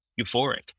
euphoric